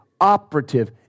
operative